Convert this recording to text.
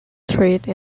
trade